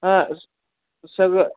हां स् सगळं